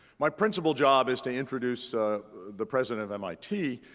my principal job is to introduce the president of mit.